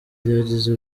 ryagize